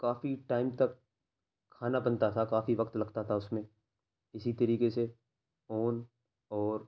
کافی time تک کھانا کنتا تھا کافی وقت لگتا تھا اس میں اسی طریقے سے اون اور